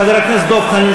חבר הכנסת דב חנין,